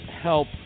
help